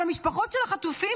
על המשפחות של החטופים,